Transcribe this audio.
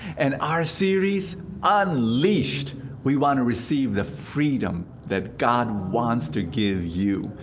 and our series unleashed we want to receive the freedom that god wants to give you.